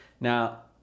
Now